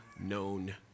known